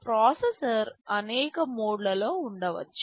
processor అనేక మోడులలో ఉండవచ్చు